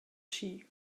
chi